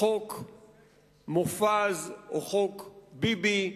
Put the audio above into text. חוק מופז, או חוק ביבי,